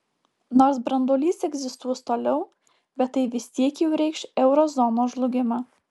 nors branduolys egzistuos toliau bet tai vis tiek jau reikš euro zonos žlugimą